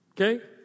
Okay